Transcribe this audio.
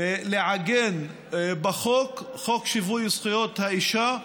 לעגן בחוק, חוק שיווי זכויות האישה,